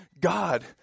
God